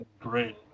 great